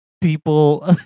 people